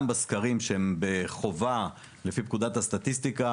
גם בסקרים שהם חובה לפי פקודת הסטטיסטיקה